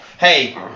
Hey